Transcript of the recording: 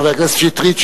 חבר הכנסת שטרית,